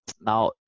Now